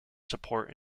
support